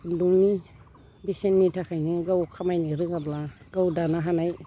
खुन्दुंनि बेसेननि थाखायनो गाव खामायनो रोङाब्ला गाव दानो हानाय